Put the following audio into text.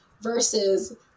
versus